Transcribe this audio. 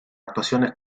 actuaciones